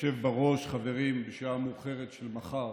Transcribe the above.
היושב בראש, חברים, בשעה מאוחרת של מחר,